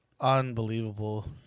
unbelievable